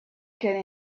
can